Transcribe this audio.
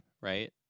right